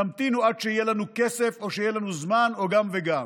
תמתינו עד שיהיה לנו כסף או שיהיה לנו זמן או גם וגם.